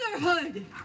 motherhood